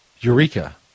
Eureka